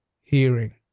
hearing